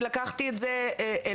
אני לקחתי את זה אלי,